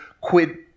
quid